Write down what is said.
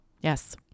Yes